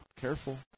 Careful